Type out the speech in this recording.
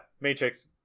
Matrix